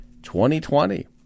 2020